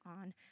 on